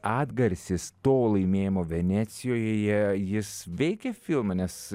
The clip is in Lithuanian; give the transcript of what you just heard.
atgarsis to laimėjimo venecijoje jis veikė filmą nes